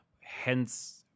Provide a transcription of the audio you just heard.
Hence